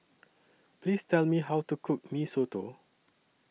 Please Tell Me How to Cook Mee Soto